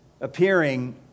appearing